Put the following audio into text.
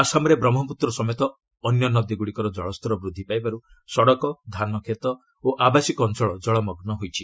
ଆସାମରେ ବ୍ରହ୍ମପୁତ୍ର ସମେତ ଅନ୍ୟ ନଦୀଗୁଡ଼ିକର ଜଳସ୍ତର ବୃଦ୍ଧି ପାଇବାର୍ ସଡ଼କ ଧାନକ୍ଷେତ୍ର ଓ ଆବାସିକ ଅଞ୍ଚଳ ଜଳମଗୁ ହୋଇଛି